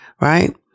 right